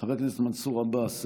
חבר הכנסת מנסור עבאס,